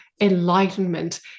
enlightenment